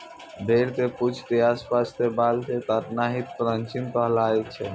भेड़ के पूंछ के आस पास के बाल कॅ काटना हीं क्रचिंग कहलाय छै